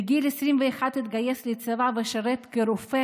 בגיל 21 התגייס לצבא ושירת כרופא